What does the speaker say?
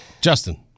Justin